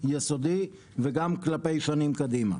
יסודי, וגם כלפי שנים קדימה.